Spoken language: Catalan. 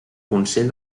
consell